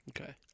Okay